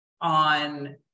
on